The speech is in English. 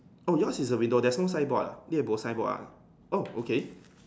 oh yours is a window there is no signboard ya ni eh bo signboard ah oh okay